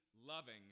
loving